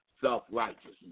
self-righteousness